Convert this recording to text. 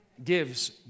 Gives